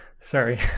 Sorry